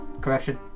Correction